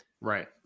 Right